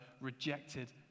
rejected